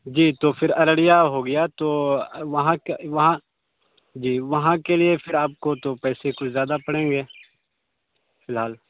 جی تو پھر ارڑیا ہو گیا تو وہاں کے وہاں جی وہاں کے لیے پھر آپ کو تو پیسے کچھ زیادہ پڑیں گے فی الحال